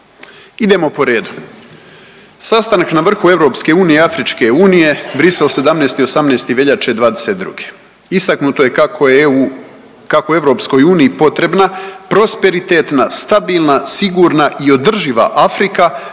Idemo po redu. Sastanak na vrhu EU i Afričke unije, Bruxelles, 17. i 18. veljače '22. Istaknuto je kako je EU, kako je EU potrebna prosperitetna, stabilna, sigurna i održiva Afrika